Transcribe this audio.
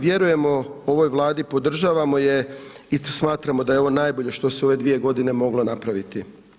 Vjerujemo ovoj Vladi, podržavamo je i smatramo da je ovo najbolje što se u ove dvije godine moglo napraviti.